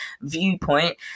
viewpoint